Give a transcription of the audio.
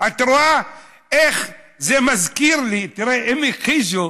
את רואה, איך, זה מזכיר לי: אם הכחישו,